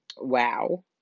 Wow